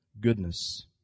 goodness